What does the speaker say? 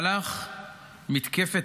250)